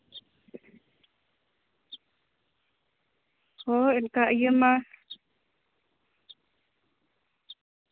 ᱦᱳᱭ ᱚᱱᱠᱟ ᱤᱭᱟᱹ ᱢᱟ